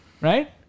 right